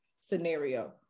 scenario